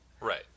Right